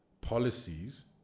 policies